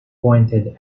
pointed